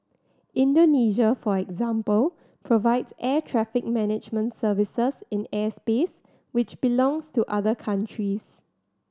Indonesia for example provide air traffic management services in airspace which belongs to other countries